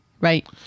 Right